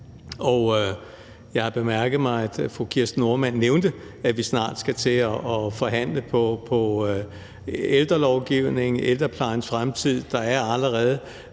Jeg har bemærket mig, at fru Kirsten Normann Andersen nævnte, at vi snart skal til at forhandle om ældrelovgivning, ældreplejens fremtid; der er allerede